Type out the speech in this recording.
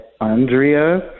Andrea